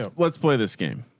ah let's play this game.